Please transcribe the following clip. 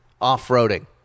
off-roading